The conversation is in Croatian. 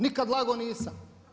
Nikad lago nisam.